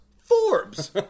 Forbes